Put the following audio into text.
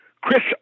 Chris